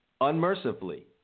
unmercifully